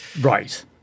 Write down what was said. Right